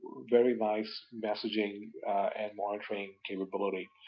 very nice messaging and monitoring capability.